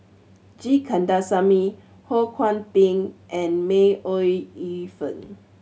G Kandasamy Ho Kwon Ping and May Ooi Yu Fen